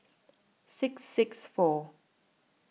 six six four